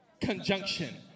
conjunction